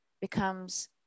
becomes